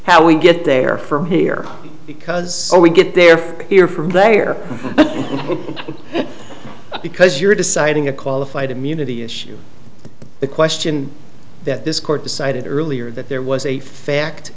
how we get there from here because we get there from here from there because you're deciding a qualified immunity issue the question that this court decided earlier that there was a fact